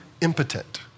impotent